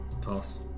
Pass